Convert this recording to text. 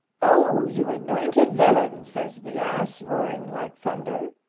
oh, you anointed villain! says the ass, roaring like thunder